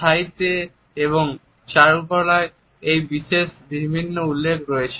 সাহিত্যে এবং চারুকলায় এর বিভিন্ন উল্লেখ রয়েছে